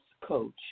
Coach